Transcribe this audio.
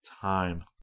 Time